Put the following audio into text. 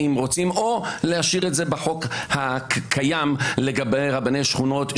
או להשאיר את זה בחוק הקיים לגבי רבני שכונות,